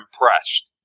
impressed